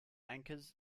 anchors